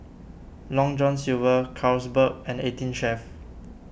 Long John Silver Carlsberg and eighteen Chef